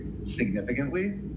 significantly